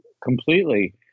completely